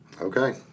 Okay